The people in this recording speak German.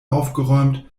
aufgeräumt